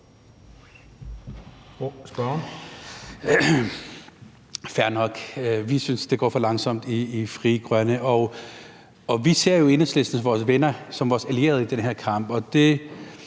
Frie Grønne synes, at det går for langsomt. Og vi ser jo Enhedslisten som vores venner, som vores allierede i den her kamp.